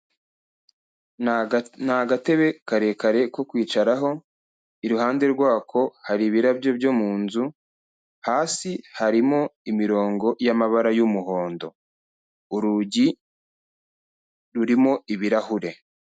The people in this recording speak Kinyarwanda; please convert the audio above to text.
Ni agatebe karekare ko kwicaraho, iruhande rwako hari ibirabyo byo mu nzu, hasi harimo imirongo y'amabara y'umuhondo. Urugi rurimo ibirahure.